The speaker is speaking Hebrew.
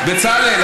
בצלאל,